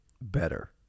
better